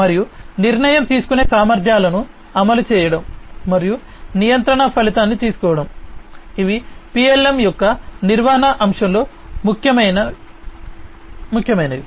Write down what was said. మరియు నిర్ణయం తీసుకునే సామర్థ్యాలను అమలు చేయడం మరియు నియంత్రణ ఫలితాన్ని తీసుకోవడం ఇవి PLM యొక్క నిర్వహణ అంశంలో భిన్నమైన ముఖ్యమైనవి